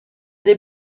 des